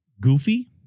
Goofy